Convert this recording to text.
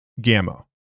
Gamma